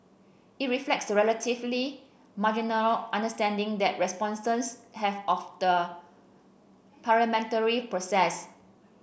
it reflects the relatively marginal understanding that respondents have of the parliamentary process